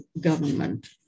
government